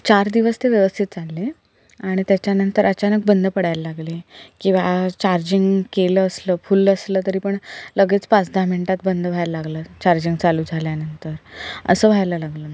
चार दिवस ते व्यवस्थित चालले आणि त्याच्यानंतर अचानक बंद पडायला लागले किंवा चार्जींग केलं असलं फुल्ल असलं तरी पण लगेच पाच दहा मिनटांत बंद व्हायला लागलं चार्जिंग चालू झाल्यानंतर असं व्हायला लागलं